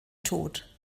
tod